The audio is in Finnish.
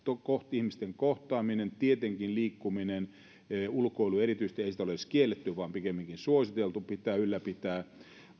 ihmisten kohtaaminen tietenkin liikkuminen ulkoilu erityisesti ei sitä ole edes kielletty vaan pikemminkin suositeltu ylläpitää